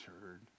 heard